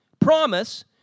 promise